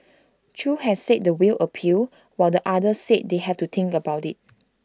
chew has said the will appeal while the other said they have to think about IT